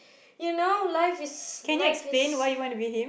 you know life is life is